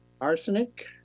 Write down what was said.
Arsenic